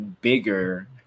bigger